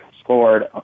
scored